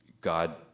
God